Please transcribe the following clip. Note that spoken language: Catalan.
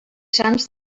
sants